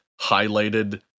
highlighted